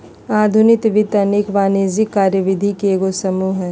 आधुनिक वित्त अनेक वाणिज्यिक कार्यविधि के एगो समूह हइ